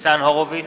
ניצן הורוביץ,